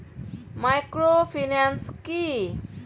Microfinance কি?